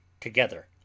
together